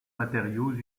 matériaux